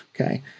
Okay